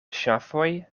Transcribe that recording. ŝafoj